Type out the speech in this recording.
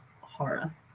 horror